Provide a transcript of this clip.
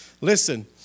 Listen